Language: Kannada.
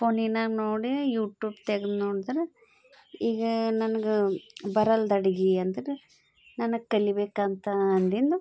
ಫೋನಿನಾಗ ನೋಡಿ ಯೂಟೂಬ್ ತೆಗ್ದು ನೋಡಿದ್ರೆ ಈಗ ನನಗೆ ಬರಲ್ದಡುಗೆ ಅಂದರೆ ನನಗೆ ಕಲಿಬೇಕಂತ ಅಂದಿದ್ದು